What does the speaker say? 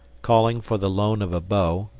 calling for the loan of a bow,